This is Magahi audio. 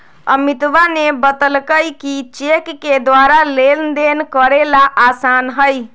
अमितवा ने बतल कई कि चेक के द्वारा लेनदेन करे ला आसान हई